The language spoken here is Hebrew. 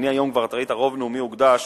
היום, רוב נאומי הוקדש